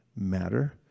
matter